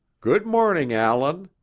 good morning, allan.